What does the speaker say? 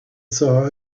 saw